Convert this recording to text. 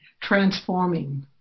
transforming